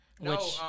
No